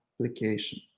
application